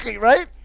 Right